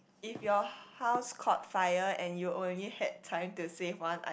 if your house caught fire and you only had time to save one i~